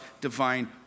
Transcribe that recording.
divine